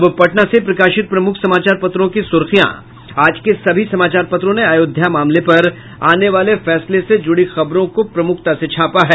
अब पटना से प्रकाशित प्रमुख समाचार पत्रों की सुर्खियां आज के सभी समाचार पत्रों ने अयोध्या मामले पर आने वाले फैसले से जूड़ी खबरों को प्रमुखता से छापा है